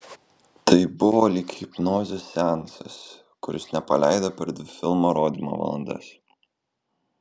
tai buvo lyg hipnozės seansas kuris nepaleido per dvi filmo rodymo valandas